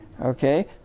Okay